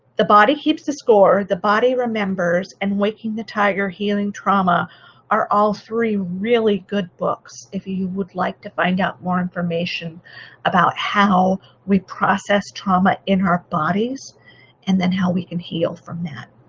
the body keeps the score, the body remembers and waking the tiger healing trauma are all three really good books if you would like to find out more information about how we process trauma in our bodies and and how we can heal from that.